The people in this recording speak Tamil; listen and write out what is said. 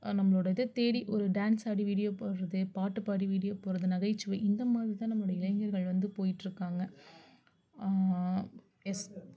நம்மளோடய இதை தேடி ஒரு டேன்ஸ் ஆடி வீடியோ போடுவது பாட்டு பாடி வீடியோ போடுவது நகைச்சுவை இந்த மாதிரி தான் நம்மளோட இளைஞர்கள் வந்து போய்ட்டிருக்காங்க எஸ்